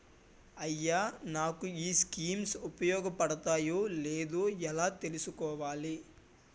అయ్యా నాకు ఈ స్కీమ్స్ ఉపయోగ పడతయో లేదో ఎలా తులుసుకోవాలి?